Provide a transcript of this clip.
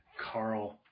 Carl